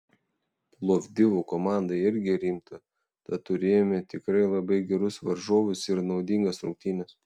plovdivo komanda irgi rimta tad turėjome tikrai labai gerus varžovus ir naudingas rungtynes